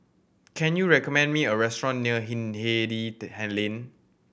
can you recommend me a restaurant near Hindhede Lane